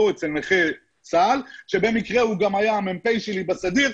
אצל נכה צה"ל שבמקרה הוא היה המ"פ שלי בסדיר,